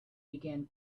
began